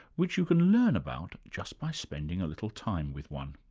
which you can learn about just by spending a little time with one.